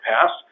past